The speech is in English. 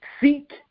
Seek